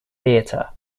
theater